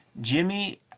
Jimmy